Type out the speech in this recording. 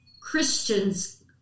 Christians